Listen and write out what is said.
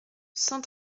cent